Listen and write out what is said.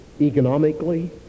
Economically